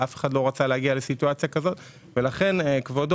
אף אחד לא רצה להגיע לסיטואציה כזאת ולכן כבודו,